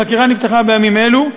החקירה נפתחה בימים אלו,